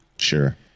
sure